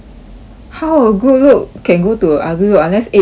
how will a good look can go to a ugly look unless age lah